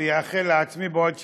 ואאחל לעצמי בעוד שבוע,